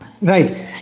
Right